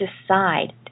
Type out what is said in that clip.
decide